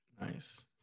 Nice